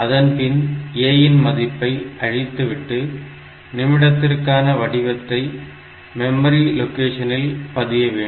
அதன்பின் A இன் மதிப்பை அழித்துவிட்டு நிமிடத்திற்கான வடிவத்தை மெமரி லொகேஷனில் பதிய வேண்டும்